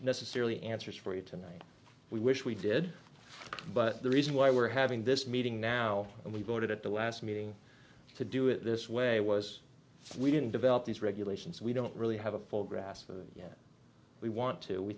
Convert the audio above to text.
necessarily answers for you tonight we wish we did but the reason why we're having this meeting now and we voted at the last meeting to do it this way was we didn't develop these regulations we don't really have a full grasp of them yet we want to we